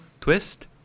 twist